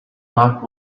lock